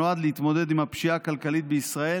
שנועד להתמודד עם הפשיעה הכלכלית בישראל